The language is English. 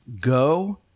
Go